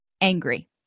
angry